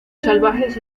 salvajes